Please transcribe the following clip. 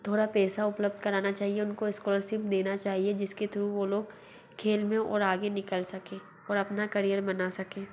थोड़ा पैसा उपलब्ध कराना चाहिए उनको इस्कॉलरसिप देना चाहिए जिस के थ्रू वो लोग खेल में और आगे निकल सकें और अपना करियर बना सकें